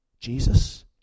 Jesus